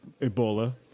Ebola